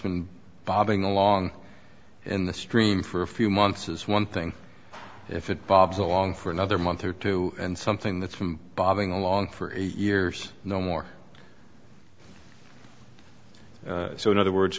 been bobbing along in the stream for a few months is one thing if it bobs along for another month or two and something that's from bobbing along for eight years no more so in other words